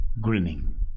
grinning